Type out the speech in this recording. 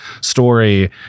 story